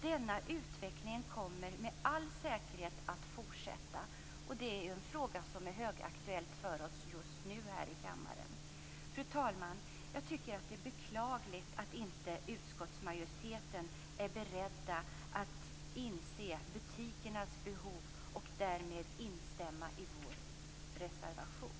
Denna utveckling kommer med all säkerhet att fortsätta. Det är en fråga som är högaktuell just nu för oss här i kammaren. Fru talman! Det är beklagligt att utskottsmajoriteten inte är beredd att inse butikernas behov och därmed instämma i vår reservation.